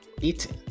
eating